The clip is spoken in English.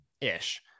ish